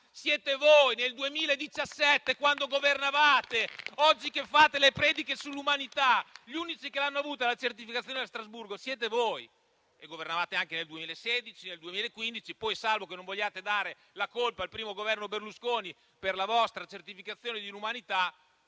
siete voi, nel 2017, quando governavate. Oggi fate le prediche sull'umanità, ma gli unici che hanno avuta la certificazione a Strasburgo siete voi e governavate anche nel 2016 e nel 2015, salvo che non vogliate dare la colpa al primo Governo Berlusconi per la vostra certificazione di inumanità.